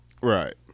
Right